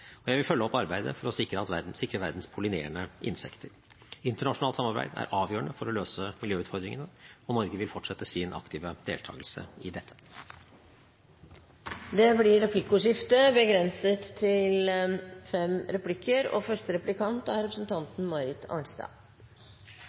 Og jeg vil følge opp arbeidet for å sikre verdens pollinerende insekter. Internasjonalt samarbeid er avgjørende for å løse miljøutfordringene, og Norge vil fortsette sin aktive deltakelse i dette. Det blir replikkordskifte. Det er mange ting jeg kunne tatt opp, bl.a. at eiendomsrettighetspartiene Høyre og